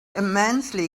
immensely